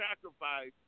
sacrifice